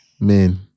Man